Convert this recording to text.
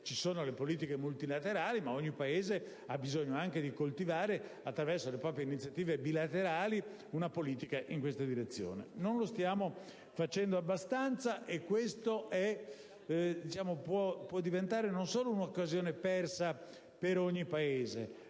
ci sono le politiche multilaterali, ma ogni Paese ha bisogno di coltivare, attraverso le proprie iniziative bilaterali, una politica in questa direzione. Non lo stiamo facendo abbastanza, e questa può diventare non solo un'occasione persa per ogni Paese